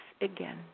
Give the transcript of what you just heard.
again